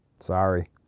Sorry